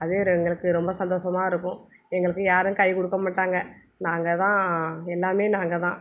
அதே ரே எங்களுக்கு ரொம்ப சந்தோஷமாக இருக்கும் எங்களுக்கு யாரும் கை கொடுக்க மாட்டாங்கள் நாங்கள் தான் எல்லாமே நாங்கள் தான்